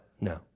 no